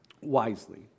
wisely